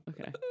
okay